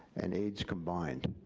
and aids combined.